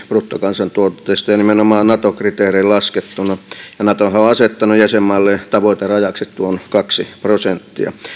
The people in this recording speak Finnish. bruttokansantuotteesta nimenomaan nato kriteerein laskettuna natohan on asettanut jäsenmailleen tavoiterajaksi tuon kaksi prosenttia